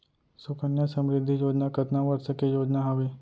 सुकन्या समृद्धि योजना कतना वर्ष के योजना हावे?